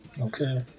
Okay